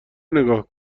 نگاه